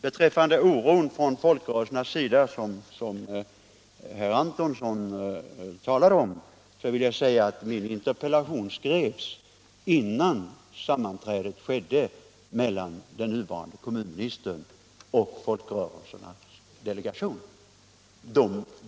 Beträffande oron från folkrörelsernas sida vill jag säga att min interpellation skrevs före sammanträdet mellan den nuvarande kommunministern och folkrörelsernas delegation.